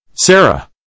Sarah